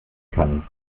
kann